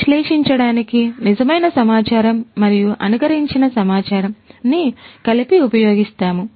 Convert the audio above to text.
విశ్లేషించడానికి నిజమైన సమాచారం మరియు అనుకరించిన సమాచారం ని కలిపి ఉపయోగిస్తాము